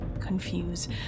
confuse